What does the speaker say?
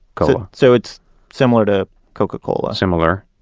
cola so it's similar to coca-cola? similar.